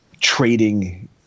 trading